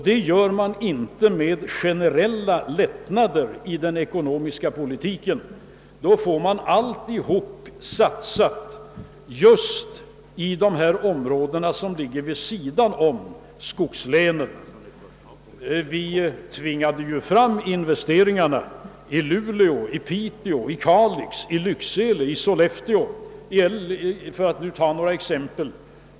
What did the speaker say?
Det gör man inte med generella lättnader i den ekonomiska politiken. Då får man alltihop satsat just i de områden som ligger vid sidan om skogslänen. Vi tvingade fram investeringarna i Luleå, Piteå, Kalix, Lycksele och Sollefteå — för att nu taga några exempel.